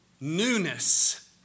newness